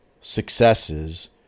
successes